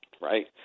right